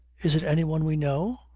is it any one we know?